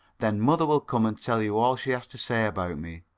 then mother will come and tell you all she has to say about me.